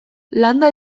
landa